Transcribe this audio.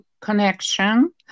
connection